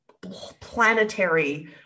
planetary